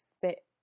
fit